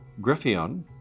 Griffion